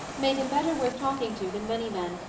made him better worth talking to than many men,